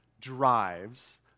drives